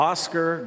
Oscar